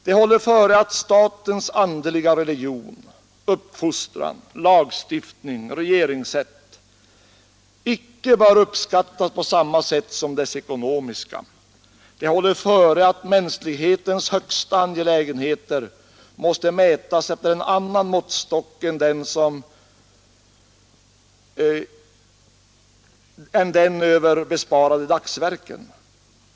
Det håller före, att Statens Andeliga, Religion, Uppfostran, Lagstiftning, Regeringssätt, icke böra uppskattas på samma s mänsklighetens högsta angelägenheter måste mätas efter en annan måttstock än den som över besparade dagsverken.